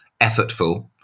effortful